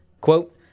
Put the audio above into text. Quote